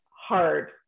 Hard